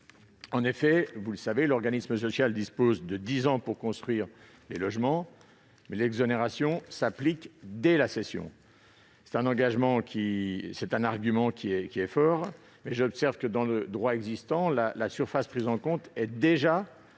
En effet l'organisme de logement social dispose de dix ans pour construire les logements, mais l'exonération s'applique dès la cession. Cet argument paraît fort, mais j'observe que, dans le droit existant, la surface prise en compte est déjà